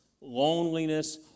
loneliness